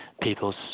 people's